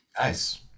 Nice